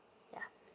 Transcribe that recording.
ya